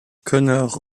connor